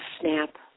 snap